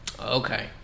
Okay